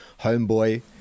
Homeboy